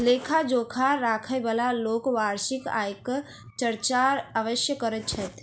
लेखा जोखा राखयबाला लोक वार्षिक आयक चर्चा अवश्य करैत छथि